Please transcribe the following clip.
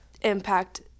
impact